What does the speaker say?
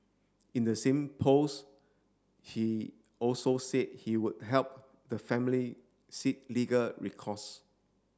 in the same post he also said he would help the family seek legal recourse